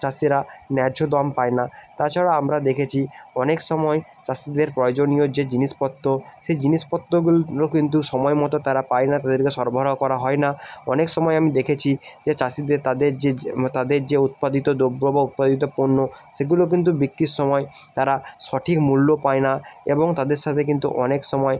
চাষিরা ন্যায্য দাম পায় না তাছাড়া আমরা দেখেছি অনেক সময় চাষিদের প্রয়োজনীয় যে জিনিসপত্র সেই জিনিসপত্রগুলো কিন্তু সময়মতো তারা পায় না তাদেরকে সরবরাহ করা হয় না অনেক সময় আমি দেখেছি যে চাষিদের তাদের যে মানে তাদের যে উৎপাদিত দ্রব্য বা উৎপাদিত পণ্য সেগুলো কিন্তু বিক্রির সময় তারা সঠিক মূল্য পায় না এবং তাদের সাথে কিন্তু অনেক সময়